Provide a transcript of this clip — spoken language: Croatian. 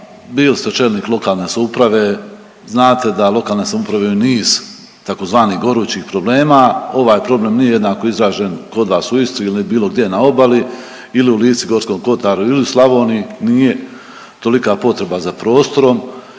bili ste čelnik lokalne samouprave, znate da lokalne samouprave imaju niz tzv. gorućih problema, ovaj problem nije jednako izražen kod vas u Istri ili bilo gdje na obali ili u Lici i Gorskom kotaru ili Sloveniji, nije tolika potreba za prostorom